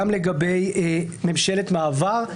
גם לגבי ממשלת מעבר,